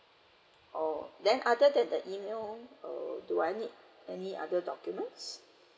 oh then other than the email uh do I need any other documents